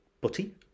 Butty